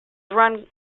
run